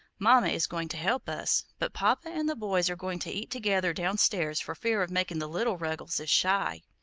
mama is going to help us, but papa and the boys are going to eat together down stairs for fear of making the little ruggleses shy